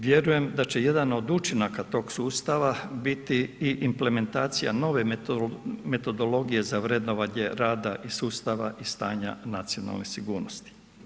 Vjerujem da će jedan od učinaka tog sustava biti i implementacija nove metodologije za vrednovanje rada i sustava i stanja nacionalne sigurnosti.